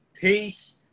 Peace